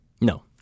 No